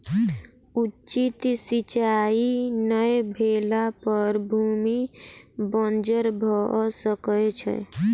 उचित सिचाई नै भेला पर भूमि बंजर भअ सकै छै